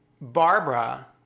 Barbara